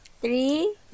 three